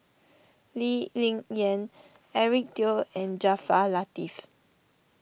Lee Ling Yen Eric Teo and Jaafar Latiff